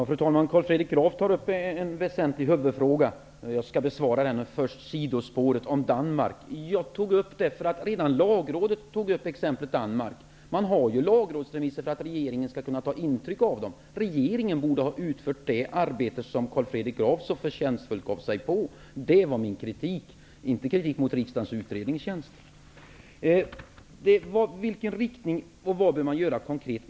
Fru talman! Carl Fredrik Graf tar upp en väsentlig huvudfråga, och jag skall besvara den. Först skall jag ta upp sidospåret till Danmark, eftersom redan Lagrådet gjorde det. Lagrådsremisser är till för att regeringen skall kunna ta intryck av dem. Regeringen borde ha utfört det arbete som Carl Fredrik Graf så förtjänstfullt gav sig på. Det var det jag kritiserade -- inte riksdagens utredningstjänst. Vad bör man göra konkret?